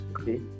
okay